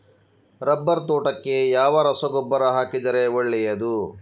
Rubber ತೋಟಕ್ಕೆ ಯಾವ ರಸಗೊಬ್ಬರ ಹಾಕಿದರೆ ಒಳ್ಳೆಯದು?